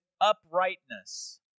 uprightness